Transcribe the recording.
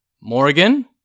Morgan